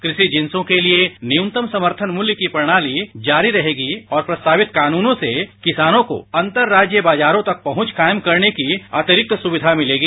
कृषि जिन्सों के लिए न्यूनतम समर्थन मूल्य की प्रणाली जारी रहेगी और प्रस्तावित कानूनों से किसानों को अंतर राज्य बाजारों तक पहुंच कायम करने की अतिरिक्त सुविधा मिलेगी